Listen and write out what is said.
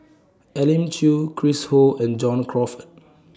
Elim Chew Chris Ho and John Crawfurd